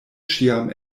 ĉiam